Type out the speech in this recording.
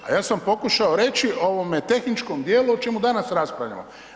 A ja sam pokušao reći u ovome tehničkom dijelu o čemu danas raspravljamo.